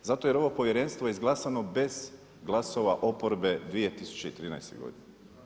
Zato jer ovo povjerenstvo je izglasano bez glasova oporbe 2013. godine.